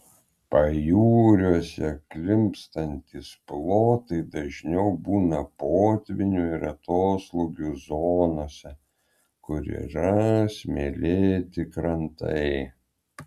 pajūriuose klimpstantys plotai dažniau būna potvynių ir atoslūgių zonose kur yra smėlėti krantai